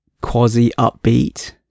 quasi-upbeat